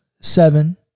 seven